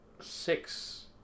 six